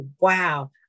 Wow